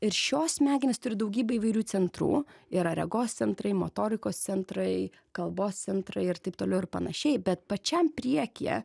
ir šios smegenys turi daugybę įvairių centrų yra regos centrai motorikos centrai kalbos centrai ir taip toliau ir panašiai bet pačiam priekyje